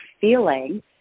feeling